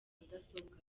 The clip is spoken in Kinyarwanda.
mudasobwa